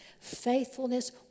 Faithfulness